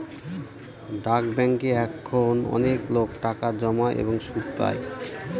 ডাক ব্যাঙ্কে এখন অনেকলোক টাকা জমায় এবং সুদ পাই